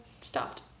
stopped